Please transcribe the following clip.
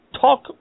talk